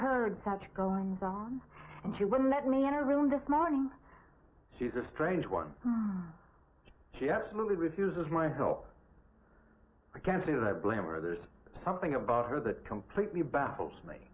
heard such goings on and she wouldn't let me in her room this morning she's a strange one she absolutely refuses my help i can't say that i blame or there's something about her that completely baffles me